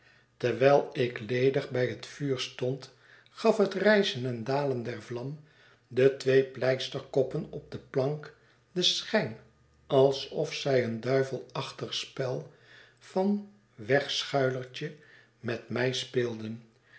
terwijl ik ledig bij het vuur stond gaf hetrijzen en dalen der vlam de twee pleisterkoppen op de plank den schijn alsof zij een duivelachtig spel van wegschuilertje met mij speelden